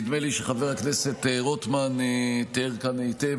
נדמה לי שחבר הכנסת רוטמן תיאר כאן היטב